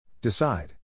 Decide